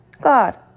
God